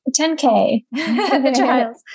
10K